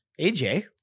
AJ